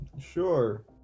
Sure